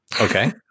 Okay